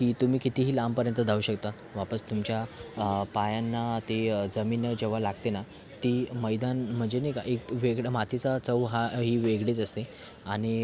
की तुम्ही कितीही लांबपर्यंत धावू शकता वापस तुमच्या पायांना ती जमीन जेव्हा लागते ना ती मैदान म्हणजे नाही का एक वेगळा मातीचा चव हा ही वेगळीच असते आणि